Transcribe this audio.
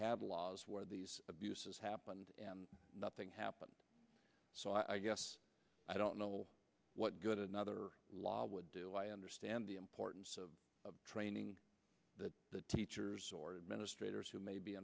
have laws where these abuses happened and nothing happened so i guess i don't know what good another law would do i understand the importance of training the teachers or administrators who may be